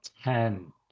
ten